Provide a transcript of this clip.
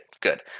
good